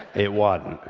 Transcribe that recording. it wasn't.